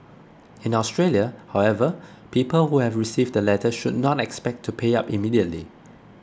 in Australia however people who have received the letters should not expect to pay up immediately